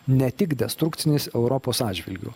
ne tik destrukcinis europos atžvilgiu